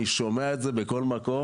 אני שומע את זה בכל מקום,